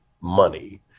money